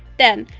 then,